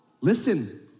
Listen